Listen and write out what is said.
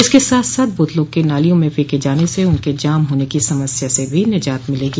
इसके साथ साथ बोतलों के नालियों में फेके जाने से उनके जाम होने की समस्या से भी निजात मिलेगी